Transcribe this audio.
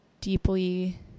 deeply